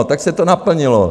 Tak se to naplnilo.